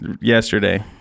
yesterday